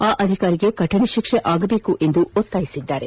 ಆ ಅಧಿಕಾರಿಗೆ ಕಠಿಣ ಶಿಕ್ಷೆ ಆಗಬೇಕು ಎಂದು ಒತ್ತಾಯಿಸಿದ್ದಾರೆ